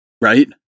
right